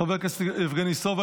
חבר הכנסת יבגני סובה,